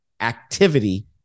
activity